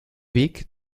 weg